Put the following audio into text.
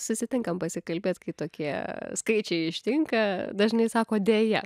susitinkam pasikalbėt kai tokie skaičiai ištinka dažnai sako deja